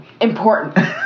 Important